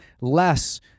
less